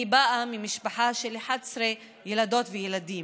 אני באה ממשפחה של 11 ילדות וילדים,